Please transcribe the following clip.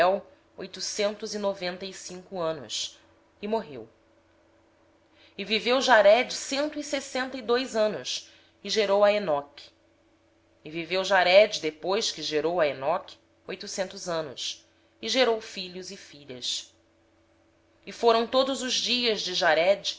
foram oitocentos e noventa e cinco anos e morreu jarede viveu cento e sessenta e dois anos e gerou a enoque viveu jarede depois que gerou a enoque oitocentos anos e gerou filhos e filhas todos os dias de jarede